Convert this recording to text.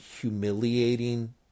humiliating